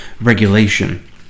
regulation